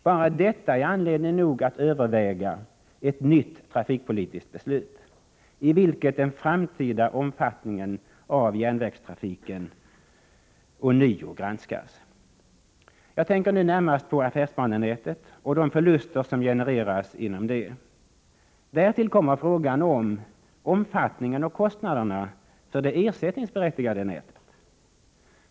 Bara detta är anledning nog att överväga ett nytt trafikpolitiskt beslut, i vilket den framtida omfattningen av järnvägstrafiken ånyo granskas. Jag tänker nu närmast på affärsbanenätet och de förluster som genereras inom det. Därtill kommer frågan om omfattningen av och kostnader för det ersättningsberättigade nätet.